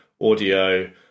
audio